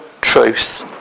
truth